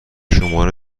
شماره